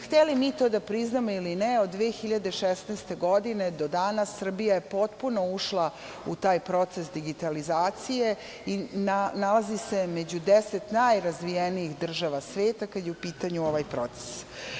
Hteli mi to da priznamo ili ne od 2016. godine do danas Srbija je potpuno ušla u taj proces digitalizacije i nalazi se među deset najrazvijenijih država sveta, kada je u pitanju ovaj proces.